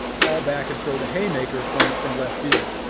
haul back and throw the haymaker from from left field.